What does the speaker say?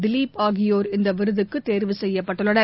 திலிப் ஆகியோர் இந்தவிருதுக்குதேர்வு செய்யப்பட்டுள்ளனர்